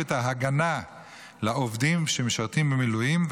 את ההגנה על עובדים שמשרתים במילואים,